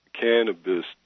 cannabis